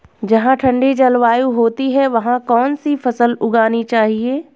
जहाँ ठंडी जलवायु होती है वहाँ कौन सी फसल उगानी चाहिये?